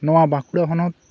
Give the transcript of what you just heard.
ᱱᱚᱣᱟ ᱵᱟᱠᱩᱲᱟ ᱦᱚᱱᱚᱛ